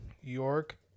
York